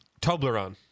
Toblerone